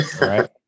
right